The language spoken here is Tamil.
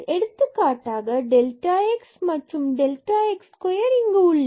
எடுத்துக்காட்டாக delta x மற்றும் delta x square உள்ளது